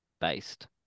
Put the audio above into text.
based